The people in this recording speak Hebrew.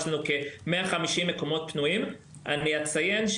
ביטחון לאומי,